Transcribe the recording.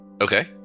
okay